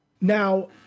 Now